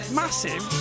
massive